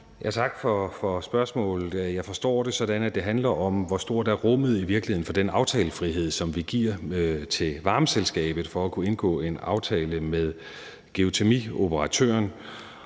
Tak for spørgsmålet. Jeg forstår det sådan, at det handler om, hvor stort rummet i virkeligheden er for den aftalefrihed, som vi giver til varmeselskabet for at kunne indgå en aftale med geotermioperatøren.